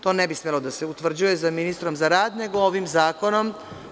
To ne bi smelo da se utvrđuje sa ministrom za rad nego ovim zakonom.